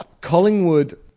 Collingwood